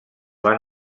van